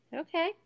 Okay